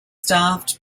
staffed